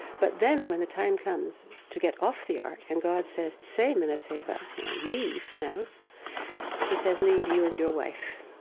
but then when the time comes to get off the ark and god says, tsay menehteva you know, leave now he says, leave you and your wife.